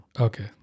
Okay